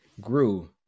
grew